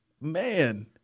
man